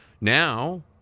Now